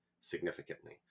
significantly